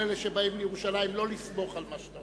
אלה שבאים לירושלים לא לסמוך על מה שאתה אומר.